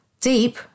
Deep